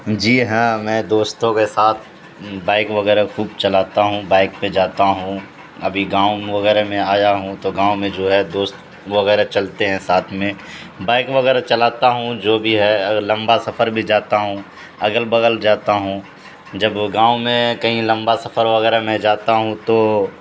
جی ہاں میں دوستوں کے ساتھ بائک وغیرہ خوب چلاتا ہوں بائک پہ جاتا ہوں ابھی گاؤں وغیرہ میں آیا ہوں تو گاؤں میں جو ہے دوست وغیرہ چلتے ہیں ساتھ میں بائک وغیرہ چلاتا ہوں جو بھی ہے لمبا سفر بھی جاتا ہوں اگل بگل جاتا ہوں جب گاؤں میں کہیں لمبا سفر وغیرہ میں جاتا ہوں تو